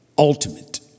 Ultimate